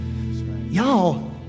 Y'all